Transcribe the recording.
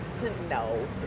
No